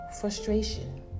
frustration